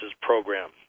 Program